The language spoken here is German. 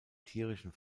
tierischen